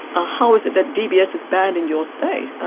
ah how is it that dbs is banned in your state?